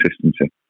consistency